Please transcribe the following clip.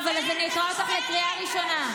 אז אני אקרא אותך בקריאה ראשונה.